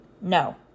No